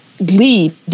Lead